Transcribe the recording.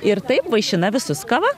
ir taip vaišina visus kava